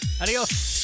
Adios